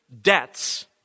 debts